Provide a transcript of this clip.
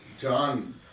John